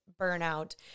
burnout